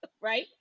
Right